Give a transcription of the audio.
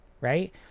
right